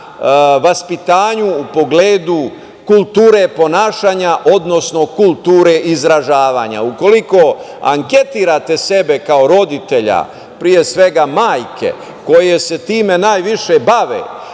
vaspitanju u pogledu kulture ponašanje, odnosno kulture izražavanja. Ukoliko anketirate sebe kao roditelja, pre svega majke koje se time najviše bave,